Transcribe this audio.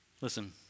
Listen